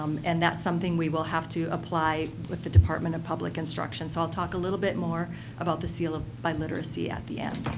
um and that's something we will have to apply with the department of public instruction. so, i'll talk a little bit more about the seal of biliteracy at the end.